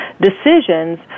decisions